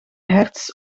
hertz